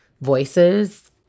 voices